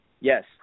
Yes